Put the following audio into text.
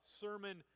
sermon